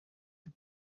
the